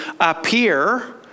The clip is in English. appear